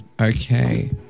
Okay